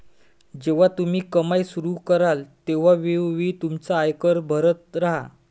जेव्हा तुम्ही कमाई सुरू कराल तेव्हा वेळोवेळी तुमचा आयकर भरत राहा